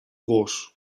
gos